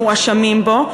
מואשמים בו,